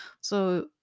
So-